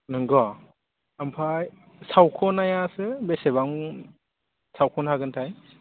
नोंगौ ओमफ्राय सावख'नायासो बेसेबां सावख'नो हागोनथाय